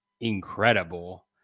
incredible